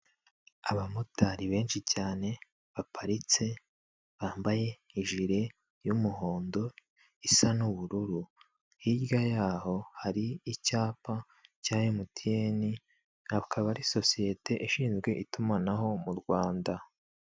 Abamotari benshi cyane baparitse, bambaye ijire y'umuhondo isa n'ubururu, hirya y'aho hari icyapa cya emutiyene akaba ari sosiyete ishinzwe itumanaho mu Rwanda.